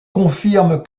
confirment